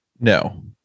no